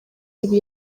ibi